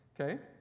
okay